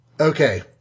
Okay